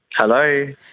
Hello